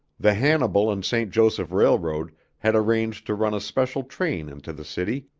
the hannibal and st. joseph railroad had arranged to run a special train into the city,